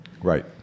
Right